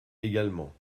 également